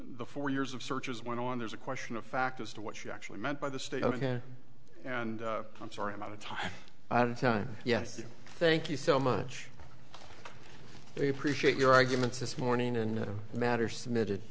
the four years of searches went on there's a question of fact as to what she actually meant by the state ok and i'm sorry i'm out of time yes you thank you so much they appreciate your arguments this morning in a matter submitted